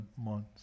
months